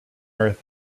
earth